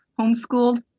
homeschooled